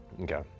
Okay